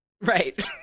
right